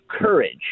courage